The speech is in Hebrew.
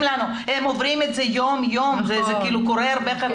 לנו שעוברים את זה יום יום זה היה אחרת.